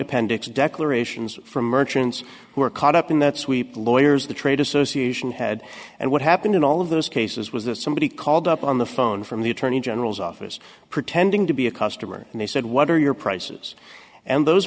appendix declarations for merchants who are caught up in that sweep the lawyers the trade association had and what happened in all of those cases was that somebody called up on the phone from the attorney general's office pretending to be a customer and they said what are your prices and those